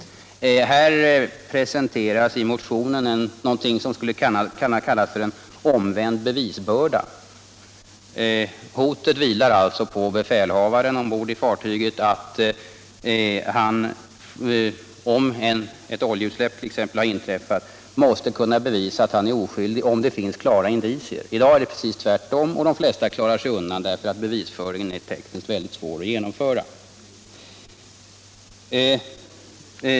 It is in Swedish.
I motionen presenteras något som skulle kunna kallas för en omvänd bevisbörda. Om alltså ett oljeutsläpp har gjorts, så åvilar det fartygets befälhavare att bevisa att han är oskyldig, om det föreligger starka indicier. I dag är det tvärtom, och de flesta klarar sig undan därför att bevisningen tekniskt är mycket svår att genomföra.